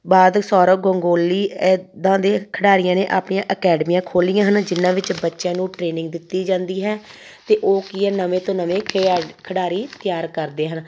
ਬਾਅਦ ਸੌਰਵ ਗਾਂਗੂਲੀ ਇੱਦਾਂ ਦੇ ਖਿਡਾਰੀਆਂ ਨੇ ਆਪਣੀਆਂ ਅਕੈਡਮੀਆਂ ਖੋਲ੍ਹੀਆਂ ਹਨ ਜਿਨ੍ਹਾਂ ਵਿੱਚ ਬੱਚਿਆਂ ਨੂੰ ਟ੍ਰੇਨਿੰਗ ਦਿੱਤੀ ਜਾਂਦੀ ਹੈ ਅਤੇ ਉਹ ਕੀ ਹੈ ਨਵੇਂ ਤੋਂ ਨਵੇਂ ਖਿਆ ਖਿਡਾਰੀ ਤਿਆਰ ਕਰਦੇ ਹਨ